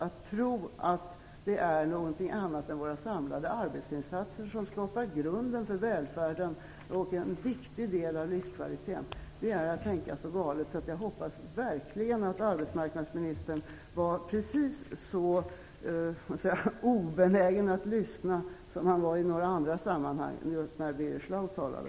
Att tro att det är någonting annat än våra samlade arbetsinsatser som skapar grunden för välfärden och en viktig del av livskvaliteten är att tänka galet. Jag hoppas verkligen att arbetsmarknadsministern var mera obenägen att lyssna på det än han var i några andra sammanhang när Birger Schlaug talade.